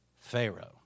Pharaoh